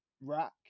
rack